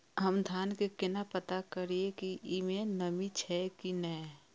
हम धान के केना पता करिए की ई में नमी छे की ने?